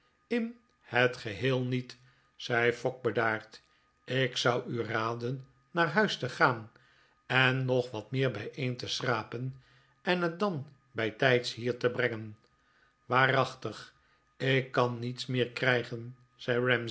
in het geheel niet zei fogg bedaard ik zou u raden naar huis te gaan en nog wat meer bijeen te schrapen en het dan bijtijds hier te brengen r waarachtig ik kan niets meer krfjgen